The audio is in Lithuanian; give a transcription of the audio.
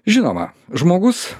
žinoma žmogus